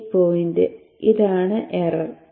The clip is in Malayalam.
ഈ പോയിന്റ് ഇതാണ് എറർ